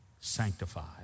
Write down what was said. sanctified